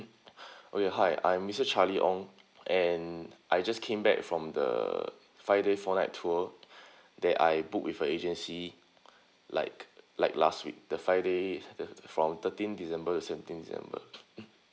oh ya hi I'm mister charlie ong and I just came back from the five day four night tour that I book with a agency like like last week the five day from thirteenth december to seventeenth december mm